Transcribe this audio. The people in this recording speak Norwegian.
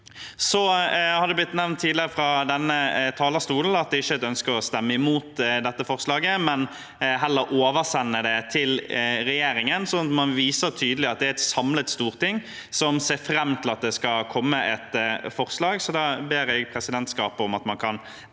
Det har blitt nevnt tidligere fra denne talerstol at det ikke er et ønske om å stemme imot dette forslaget, men heller oversende det til regjeringen, sånn at man viser tydelig at det er et samlet storting som ser fram til at det skal komme et forslag. Derfor ber jeg presidentskapet om at man kan